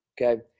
okay